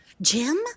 Jim